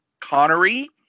Connery